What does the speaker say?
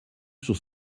sur